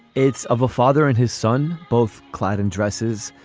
it's of a father and his son, both clad in dresses,